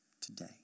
today